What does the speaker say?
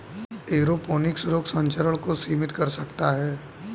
aeroponics रोग संचरण को सीमित कर सकता है